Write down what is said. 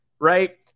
right